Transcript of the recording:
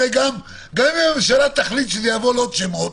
גם אם הממשלה תחליט שזה יעבור לעוד שמות,